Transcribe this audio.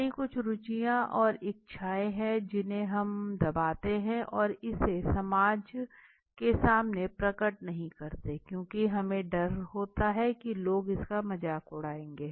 हमारी कुछ रुचियां और इच्छाएं हैं जिन्हें हम दबाते हैं और इसे समाज के सामने प्रकट नहीं करते क्योंकि हमें डर होता है कि लोग इसका मजाक उड़ाएंगे